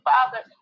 Father